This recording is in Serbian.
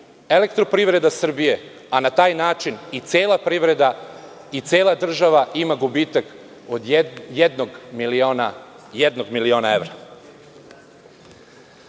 Elektroprivrede Srbije, a na taj način i cela privreda i cela država, ima gubitak od jednog miliona